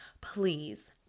please